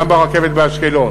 אותו דבר גם ברכבת לאשקלון.